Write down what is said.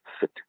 sit